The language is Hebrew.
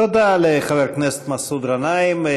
תודה לחבר הכנסת מסעוד גנאים.